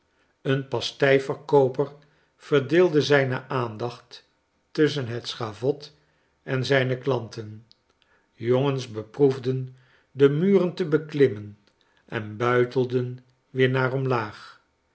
een pasteiverkooper verdeelde zijne aandacht tusschen het schavot en zijne klanten jongens beproefden de muren te beklimmen en buitelden weer naar omlaag